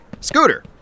Scooter